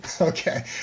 Okay